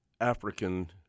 African